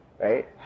right